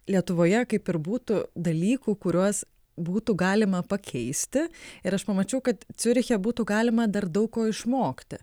lietuvoje kaip ir būtų dalykų kuriuos būtų galima pakeisti ir aš pamačiau kad ciuriche būtų galima dar daug ko išmokti